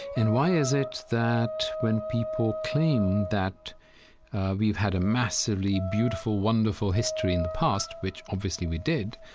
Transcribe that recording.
and why is it that when people claim that we've had a massively beautiful, wonderful history in the past, which obviously we did,